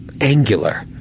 angular